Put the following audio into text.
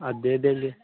हाँ दे देंगे